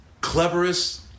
Cleverest